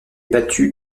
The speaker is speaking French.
battu